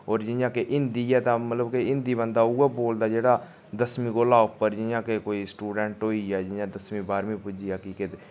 होर जियां कि हिन्दी ऐ तां मतलब कि हिन्दी बन्दा उ'ऐ बोलदा जेह्ड़ा दसमी कोला उप्पर जियां के कोई स्टूडेन्ट होई गेआ जियां दसमी बाह्रमी पुज्जी गेआ कि के